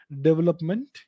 development